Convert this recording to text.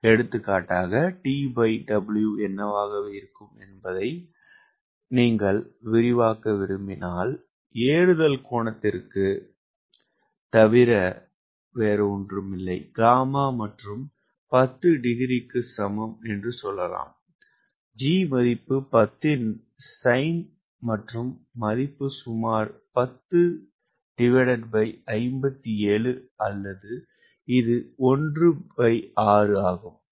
எடுத்துக்காட்டாக TW என்னவாக இருக்கும் என்பதை நீங்கள் விரிவாக்க விரும்பினால் ஏறுதல் கோணத்திற்கு sinγ தவிர வேறொன்றுமில்லை γ மற்றும் 10 டிகிரிக்கு சமம் என்று சொல்லலாம் ஜி மதிப்பு 10 இன் சைன் மற்றும் மதிப்பு சுமார் 10 57 அல்லது இது 16 ஆகும்